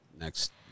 next